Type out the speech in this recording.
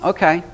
Okay